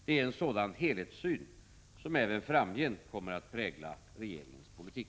Det är en sådan helhetssyn som även framgent kommer att prägla regeringens politik.